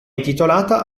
intitolata